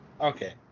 Okay